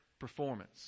performance